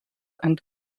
and